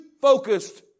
focused